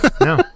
no